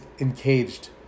encaged